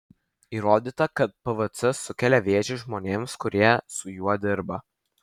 įrodyta kad pvc sukelia vėžį žmonėms kurie su juo dirba